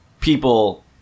people